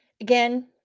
again